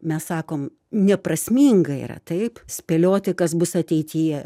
mes sakom neprasminga yra taip spėlioti kas bus ateityje